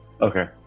Okay